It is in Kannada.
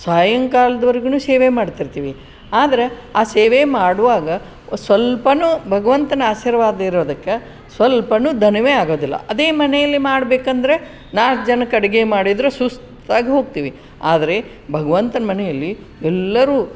ಸಾಯಂಕಾಲ್ದ್ವರ್ಗೂನು ಸೇವೆ ಮಾಡ್ತಿರ್ತೀವಿ ಆದರೆ ಆ ಸೇವೆ ಮಾಡುವಾಗ ಸ್ವಲ್ಪವೂ ಭಗವಂತನ ಆಶೀರ್ವಾದ ಇರೋದಕ್ಕೆ ಸ್ವಲ್ಪವೂ ದಣಿವೇ ಆಗೋದಿಲ್ಲ ಅದೇ ಮನೆಯಲ್ಲಿ ಮಾಡಬೇಕಂದ್ರೆ ನಾಲ್ಕು ಜನಕ್ಕೆ ಅಡುಗೆ ಮಾಡಿದರೂ ಸುಸ್ತಾಗಿ ಹೋಗ್ತೀವಿ ಆದರೆ ಭಗ್ವಂತನ ಮನೆಯಲ್ಲಿ ಎಲ್ಲರೂ